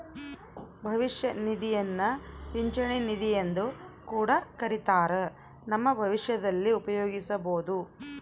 ಭವಿಷ್ಯ ನಿಧಿಯನ್ನ ಪಿಂಚಣಿ ನಿಧಿಯೆಂದು ಕೂಡ ಕರಿತ್ತಾರ, ನಮ್ಮ ಭವಿಷ್ಯದಲ್ಲಿ ಉಪಯೋಗಿಸಬೊದು